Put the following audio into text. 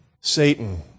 Satan